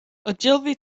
ogilvy